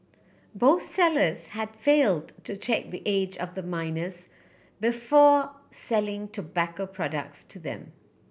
both sellers had failed to check the age of the minors before selling tobacco products to them